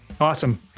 Awesome